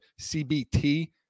CBT